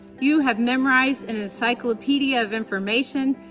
you have memorized an encyclopedia of information,